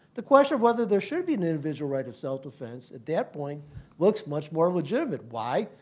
the question of whether there should be an individual right of self-defense at that point looks much more legitimate. why?